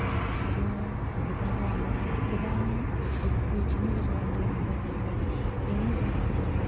थाबैनो बुखार लाङो गोबां गोख्रैथिनि गेजेरेजों दैया बोहैयो बिनि जाहोनाव